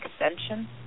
extension